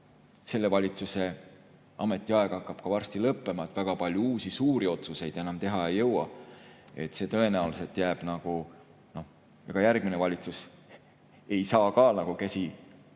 selle valitsuse ametiaeg hakkab varsti lõppema. Väga palju uusi suuri otsuseid enam teha ei jõua. Tõenäoliselt jääb nii, et järgmine valitsus ei saa ka